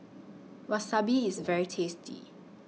Wasabi IS very tasty